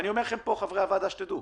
אני אומר לכם פה, חברי הוועדה, שתדעו,